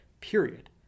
period